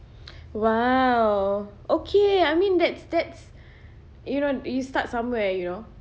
!wow! okay I mean that's that's you know you start somewhere you know